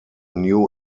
new